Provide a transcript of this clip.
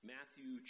Matthew